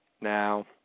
Now